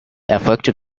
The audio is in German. erfolgte